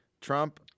Trump